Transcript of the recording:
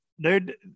dude